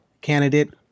candidate